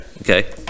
Okay